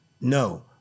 No